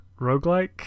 roguelike